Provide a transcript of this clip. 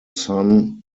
sun